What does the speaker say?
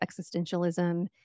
existentialism